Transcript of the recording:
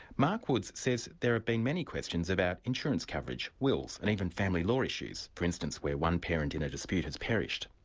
mark woods says there have been many questions about insurance coverage, wills, and even family law issues, for instance where one parent in a dispute has perished.